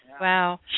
Wow